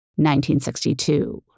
1962